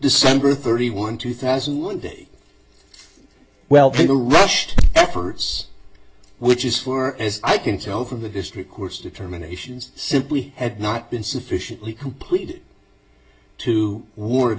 december thirty one two thousand and twenty well people rushed efforts which is slower as i can tell from the district court's determinations simply had not been sufficiently complete it to war